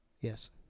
Yes